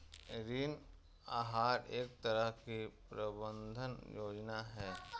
ऋण आहार एक तरह की प्रबन्धन योजना है